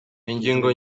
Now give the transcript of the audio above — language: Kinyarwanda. ingingo